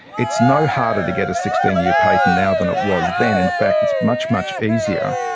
it's no harder to get a sixteen year patent now than it was then. in fact, it's much, much easier,